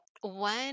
one